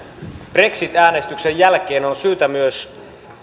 brexit äänestyksen jälkeen euroopan unionin on syytä myös